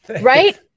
Right